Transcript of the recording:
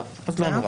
טוב, אז לא נורא.